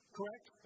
Correct